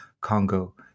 Congo